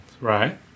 right